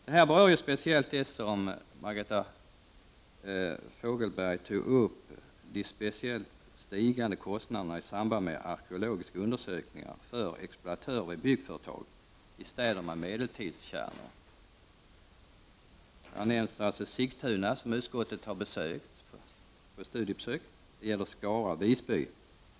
Detta berör speciellt det som Margareta Fogelberg tog upp, nämligen de stigande kostnaderna i samband med arkeologiska undersökningar för exploatörer i byggföretag i städer med medeltidskärnor. I detta sammanhang har Sigtuna nämnts, som utskottet har gjort ett studiebesök i. Det gäller även Skara och Visby.